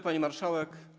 Pani Marszałek!